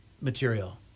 material